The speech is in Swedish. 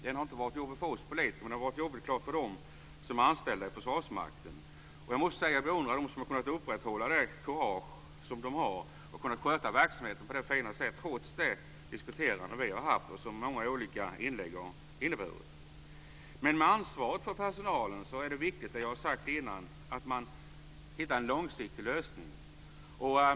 Den har inte varit jobbig för oss politiker, men för dem som är anställda i Försvarsmakten. Jag måste säga att jag beundrar dem som har kunnat upprätthålla det kurage de har haft och som har kunnat sköta verksamheten på ett fint sätt trots det diskuterande vi har haft och det som många olika inlägg har inneburit. Med ansvar för personalen är det viktigt - och det har jag sagt innan - att man hittar en långsiktig lösning.